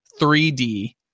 3D